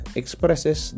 expresses